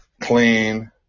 clean